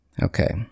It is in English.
Okay